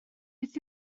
beth